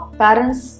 parents